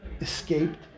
escaped